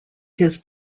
his